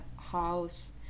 house